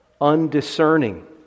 undiscerning